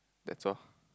that's all